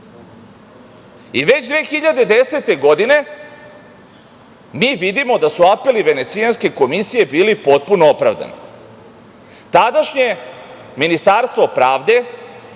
već 2010. godine mi vidimo da su apeli Venecijanske komisije bili potpuno opravdani. Tadašnje ministarstvo pravde,